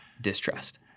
distrust